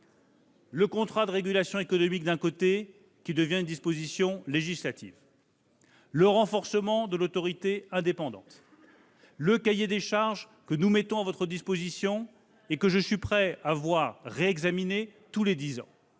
Le contrat de régulation économique devenant une disposition législative ; le renforcement de l'autorité indépendante ; le cahier des charges, que nous mettons à votre disposition et que je suis prêt à voir réexaminer tous les dix ans